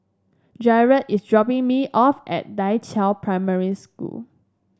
Gearld is dropping me off at Da Qiao Primary School